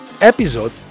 episode